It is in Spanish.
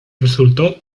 resultó